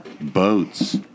boats